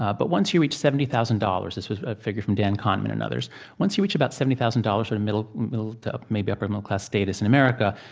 ah but once you reach seventy thousand dollars this was a figure from dan kahneman and others once you reach about seventy thousand dollars, or and the middle to maybe upper-middle-class status in america,